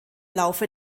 laufe